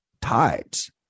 tides